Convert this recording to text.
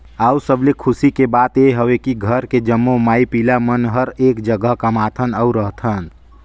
अउ सबले खुसी के बात ये हवे की घर के जम्मो माई पिला मन हर एक जघा कमाथन अउ रहथन